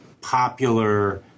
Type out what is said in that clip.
popular